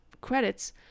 credits